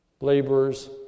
laborers